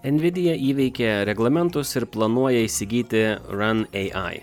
envidija įveikė reglamentus ir planuoja įsigyti runai